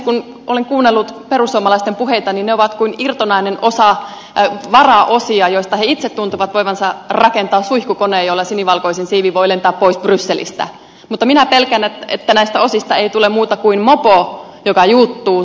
kun olen kuunnellut perussuomalaisten puheita niin ne ovat kuin irtonaisia varaosia joista he itse tuntevat voivansa rakentaa suihkukoneen jolla sinivalkoisin siivin voi lentää pois brysselistä mutta minä pelkään että näistä osista ei tule muuta kuin mopo joka juuttuu sorateille